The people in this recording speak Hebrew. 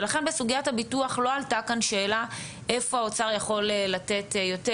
ולכן בסוגיית הביטוח לא עלתה כאן השאלה איפה האוצר יכול לתת יותר,